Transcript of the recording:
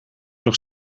nog